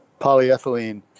polyethylene